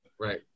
Right